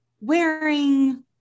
wearing